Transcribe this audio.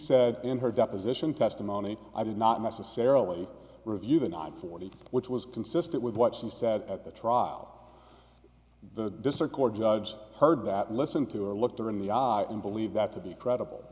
said in her deposition testimony i did not necessarily review the night for the which was consistent with what she said at the trial the district court judge heard that listened to or looked her in the ah and believe that to be credible